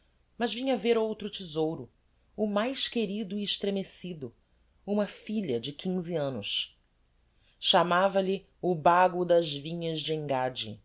mas vinha vêr outro thesouro o mais querido e extremecido uma filha de quinze annos chamava-lhe o bago das vinhas de engadhi